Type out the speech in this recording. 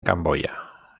camboya